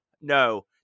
No